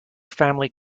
family